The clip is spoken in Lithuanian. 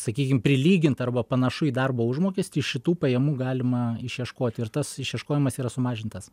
sakykim prilyginta arba panašu į darbo užmokestį iš šitų pajamų galima išieškoti ir tas išieškojimas yra sumažintas